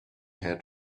had